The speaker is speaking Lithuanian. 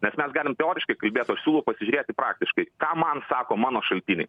nes mes galim teoriškai kalbėt o aš siūlau pasižiūrėti praktiškai ką man sako mano šaltiniai